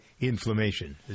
inflammation